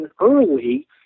early